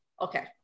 okay